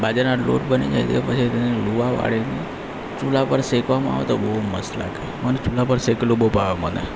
બાજરાનો લોટ બની જાય તે પછી તેને લુવા વાળીને ચૂલા પર શેકવામાં આવે તો બહુ મસ્ત લાગે મને ચૂલા પર શેકેલું બહુ ભાવે મને